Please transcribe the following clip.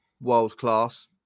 world-class